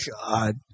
God